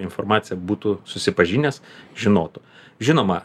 informacija būtų susipažinęs žinotų žinoma